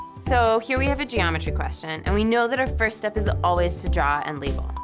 so here we have a geometry question and we know that our first step is always to draw and label.